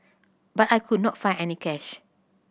but I could not find any cash